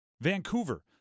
Vancouver